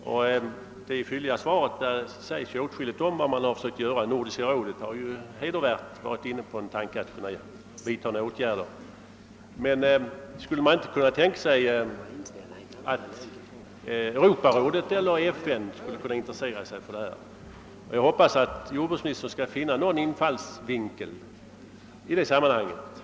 I det fylliga svar jag fått sägs åtskilligt om vad som åtgjorts, t.ex. att Nordiska rådet hedervärt nog varit inne på tanken att vidta åtgärder. Men skulle man inte kunna tänka sig att Europarådet eller FN intresserade sig för denna fråga? Jag hoppas att jordbruksministern skall kunna finna en infallsvinkel på det problemet.